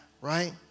right